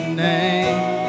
name